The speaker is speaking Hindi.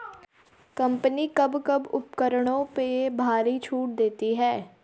कंपनी कब कब उपकरणों में भारी छूट देती हैं?